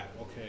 Okay